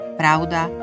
pravda